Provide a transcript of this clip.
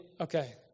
Okay